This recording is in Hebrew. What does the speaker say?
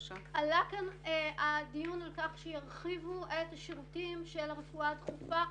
עלה כאן דיון על כך שירחיבו את השירותים של הרפואה הדחופה.